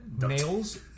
nails